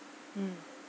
mm